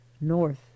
north